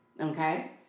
okay